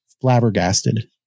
flabbergasted